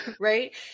Right